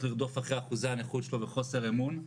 לרדוף אחרי אחוזי הנכות שלו וחוסר אמון.